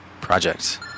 projects